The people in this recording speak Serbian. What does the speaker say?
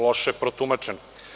Loše sam protumačen.